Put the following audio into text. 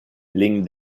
lignes